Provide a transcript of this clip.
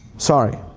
sorry.